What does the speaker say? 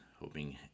Hoping